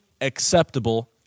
acceptable